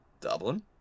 dublin